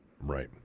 Right